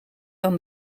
aan